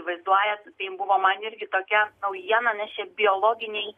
vaizduojat tai buvo man irgi tokia naujiena nes čia biologiniai